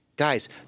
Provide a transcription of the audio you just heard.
Guys